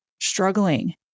struggling